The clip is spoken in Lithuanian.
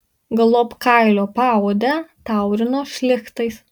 galop kailio paodę taurino šlichtais